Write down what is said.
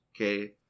Okay